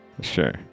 Sure